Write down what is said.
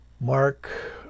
Mark